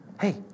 Hey